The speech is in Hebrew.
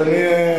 אז אני,